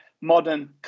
modern